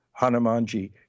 Hanumanji